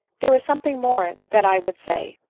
there is something more that i would say.